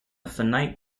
finite